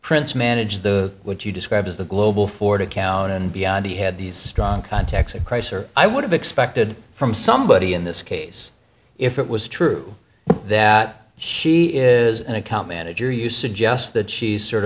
prince manage the what you describe as the global forward account and beyond he had these strong contacts at chrysler i would have expected from somebody in this case if it was true that she is an account manager you suggest that she's sort